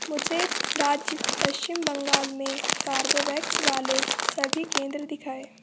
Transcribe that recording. मुझे राज्य पश्चिम बंगाल में कोर्बेवैक्स वाले सभी केंद्र दिखाएँ